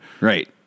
Right